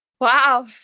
Wow